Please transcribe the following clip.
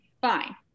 fine